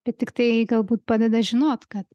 bet tiktai galbūt padeda žinot kad